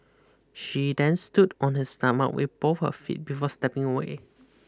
she then stood on his stomach with both of her feet before stepping away